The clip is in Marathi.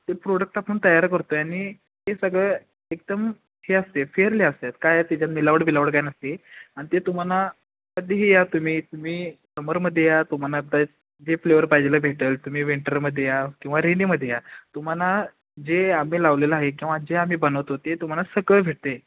ते प्रोडक्ट आपण तयार करतो आहे आणि ते सगळं एकदम हे असते फेअरली असतात काय तिच्यात मिलावट बिलावड काय नसते आणि ते तुम्हाला कधीही या तुम्ही तुम्ही समरमध्ये या तुम्हाला जे फ्लेवर पाहिजे आहे भेटेल तुम्ही विंटरमध्ये या किंवा रेनीमध्ये या तुम्हाला जे आम्ही लावलेलं आहे किंवा जे आम्ही बनवतो ते तुम्हाला सगळं भेटते